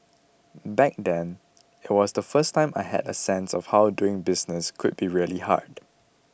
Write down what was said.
back then it was the first time that I had a sense of how doing business could be really hard